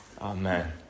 amen